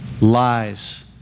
Lies